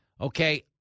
Okay